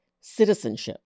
citizenship